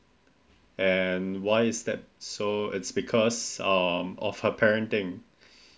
and why is that so because um of a parent thing